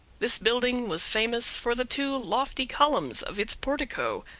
this building was famous for the two lofty columns of its portico,